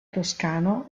toscano